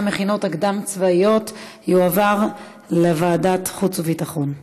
המכינות הקדם-צבאיות יועבר לוועדת חוץ וביטחון.